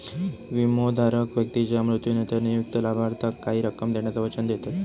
विमोधारक व्यक्तीच्या मृत्यूनंतर नियुक्त लाभार्थाक काही रक्कम देण्याचा वचन देतत